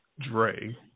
Dre